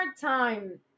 time